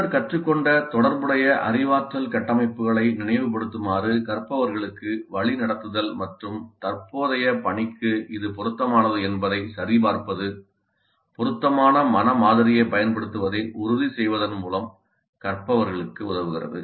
முன்னர் கற்றுக்கொண்ட தொடர்புடைய அறிவாற்றல் கட்டமைப்புகளை நினைவுபடுத்துமாறு கற்பவர்களுக்கு வழிநடத்துதல் மற்றும் தற்போதைய பணிக்கு இது பொருத்தமானது என்பதைச் சரிபார்ப்பது பொருத்தமான மன மாதிரியைப் பயன்படுத்துவதை உறுதி செய்வதன் மூலம் கற்பவர்களுக்கு உதவுகிறது